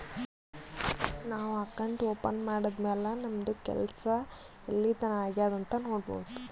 ನಾವು account open ಮಾಡದ್ದ್ ಮ್ಯಾಲ್ ನಮ್ದು ಕೆಲ್ಸಾ ಎಲ್ಲಿತನಾ ಆಗ್ಯಾದ್ ಅಂತ್ ನೊಡ್ಬೋದ್